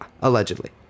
Allegedly